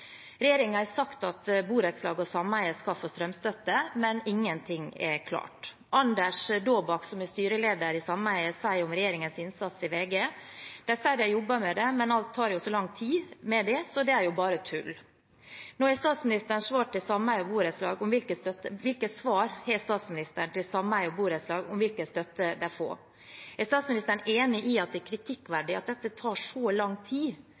har sagt at borettslag og sameier skal få strømstøtte, men ingenting er klart. Anders Dåbakk, som er styreleder i sameiet, sier om regjeringens innsats i VG: «De sier at de jobber med det. Men alt tar jo så lang tid med de. Så det er jo bare tull.» Hvilket svar har statsministeren til sameier og borettslag om hvilken støtte de får? Er statsministeren enig i at det er kritikkverdig at dette tar så lang tid